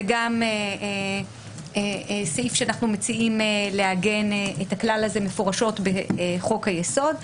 זה סעיף שאנחנו מציעים לעגן את הכלל הזה מפורשות בחוק היסוד.